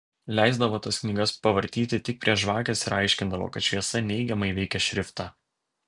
leisdavo tas knygas pavartyti tik prie žvakės ir aiškindavo kad šviesa neigiamai veikia šriftą